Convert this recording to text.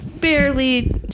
barely